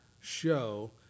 show